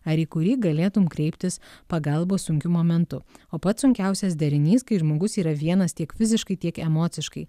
ar į kurį galėtum kreiptis pagalbos sunkiu momentu o pats sunkiausias derinys kai žmogus yra vienas tiek fiziškai tiek emociškai